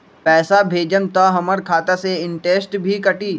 पैसा भेजम त हमर खाता से इनटेशट भी कटी?